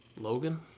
Logan